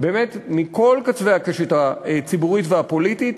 באמת מכל קצווי הקשת הציבורית והפוליטית.